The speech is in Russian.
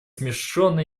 смешон